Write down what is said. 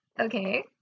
Okay